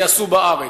ייעשו בארץ,